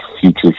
future